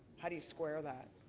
how do you square that?